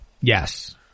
Yes